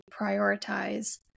prioritize